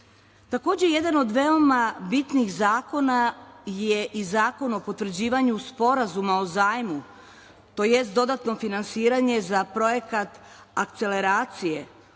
mlade. Takođe jedan od veoma bitnih zakona je i Zakon o potvrđivanju sporazuma o zajmu, tj. dodatno finansiranje za projekat akceleracije,